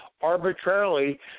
arbitrarily